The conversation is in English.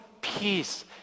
peace